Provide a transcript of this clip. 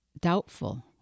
doubtful